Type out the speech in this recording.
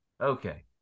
okay